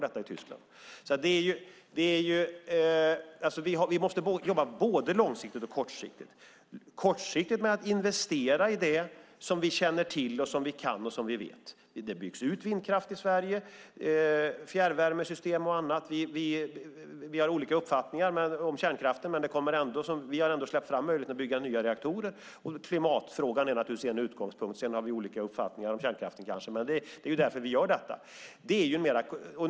Vi måste alltså jobba både långsiktigt och kortsiktigt. Vi måste jobba kortsiktigt med att investera i det som vi känner till och som vi kan. Vindkraften byggs ut i Sverige och även fjärrvärmesystem och annat. Vi har olika uppfattningar om kärnkraften, men vi har ändå släppt fram möjligheten att bygga nya reaktorer. Klimatfrågan är naturligtvis en utgångspunkt. Sedan har vi kanske olika uppfattningar om kärnkraften. Men det är därför som vi gör detta.